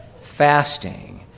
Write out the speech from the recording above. fasting